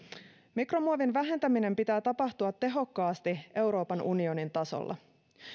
mikromuovin vähentämisen pitää tapahtua tehokkaasti euroopan unionin tasolla